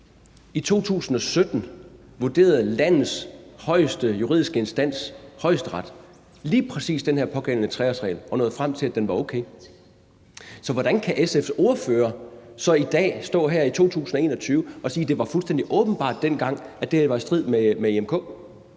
I 2017 vurderede landets højeste juridiske instans, Højesteret, lige præcis den her pågældende 3-årsregel og nåede frem til, at den var okay. Så hvordan kan SF's ordfører så i dag, her i 2021, stå og sige, at det var fuldstændig åbenbart dengang, at det var i strid med Den